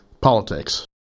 politics